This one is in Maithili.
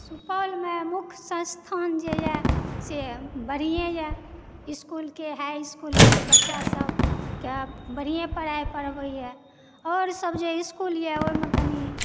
सुपौलमे मुख्य संस्थान जेए से बढ़िए यऽ इस्कूलके हाइइस्कूलके बच्चा सभके बढ़िए पढ़ाई पढ़बयए आओरसभ जे इस्कूलए ओहिमे कनि